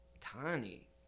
Tiny